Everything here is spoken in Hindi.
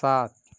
सात